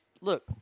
look